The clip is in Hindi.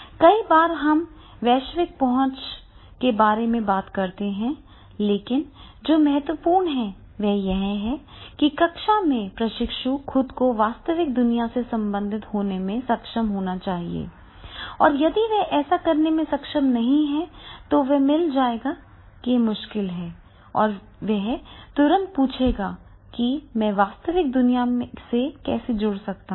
कई बार हम वैश्विक पहुंच के बारे में बात करते हैं लेकिन जो महत्वपूर्ण है वह यह है कि कक्षा में प्रशिक्षु खुद को वास्तविक दुनिया से संबंधित होने में सक्षम होना चाहिए और यदि वह ऐसा करने में सक्षम नहीं है तो वह मिल जाएगा यह मुश्किल है और वह तुरंत पूछेगा कि मैं वास्तविक दुनिया से कैसे जुड़ सकता हूं